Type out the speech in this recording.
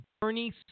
Bernie